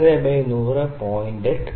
80 100 വരെ 0